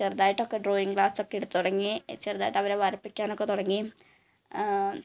ചെറുതായിട്ടൊക്കെ drawing class ഒക്കെ എടുത്ത് തുടങ്ങി ചെറുതായിട്ട് അവരെ വരപ്പിക്കാനൊക്കെ തുടങ്ങി